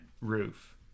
roof